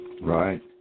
Right